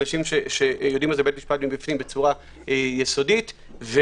אנשים שיודעים מה זה בית משפט מבפנים בצורה יסודית ושופטים.